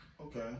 okay